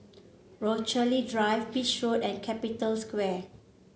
Rochalie Drive Beach Road and Capital Square